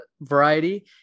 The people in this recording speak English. variety